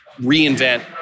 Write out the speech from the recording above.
reinvent